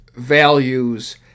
Values